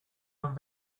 een